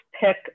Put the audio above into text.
pick